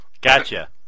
Gotcha